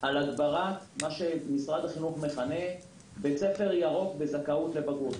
על הגברת בית ספר ירוק בזכאות לבגרות.